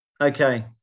Okay